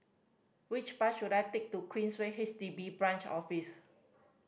which bus should I take to Queensway H D B Branch Office